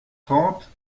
trente